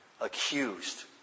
accused